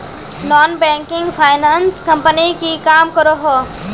Non banking finance company की काम करोहो?